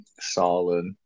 solid